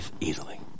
easily